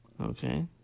Okay